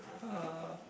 uh